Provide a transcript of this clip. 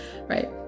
right